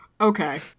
Okay